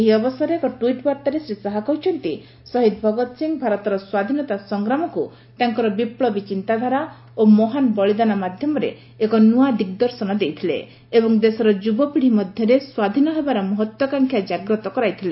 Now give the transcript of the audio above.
ଏହି ଅବସରରେ ଏକ ଟ୍ୱିଟ୍ ବାର୍ତ୍ତାରେ ଶ୍ରୀ ଶାହା କହିଛନ୍ତି ଶହୀଦ ଭଗତ ସିଂ ଭାରତର ସ୍ୱାଧୀନତା ସଂଗ୍ରାମକୁ ତାଙ୍କର ବିପ୍ଳବୀ ଚିନ୍ତାଧାରା ଓ ମହାନ୍ ବଳିଦାନ ମାଧ୍ୟମରେ ଏକ ନୂଆ ଦିଗ୍ଦର୍ଶନ ଦେଇଥିଲେ ଏବଂ ଦେଶର ଯୁବପିଢ଼ି ମଧ୍ୟରେ ସ୍ୱାଧୀନ ହେବାର ମହତ୍ତ୍ୱାକାଂକ୍ଷା ଜାଗ୍ରତ କରାଇଥିଲେ